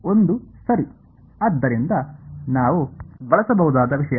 1 ಸರಿ ಆದ್ದರಿಂದ ನಾವು ಬಳಸಬಹುದಾದ ವಿಷಯ